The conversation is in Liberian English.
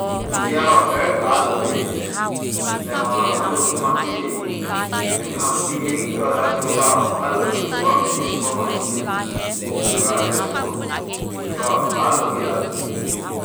Ley day I was very bad lucky like when I when to put my ticket in and then my ticket ain’t cross la day own pah I was bad lucky where man u spoil my ticket yeah because I like sport so I was bad lucky la day.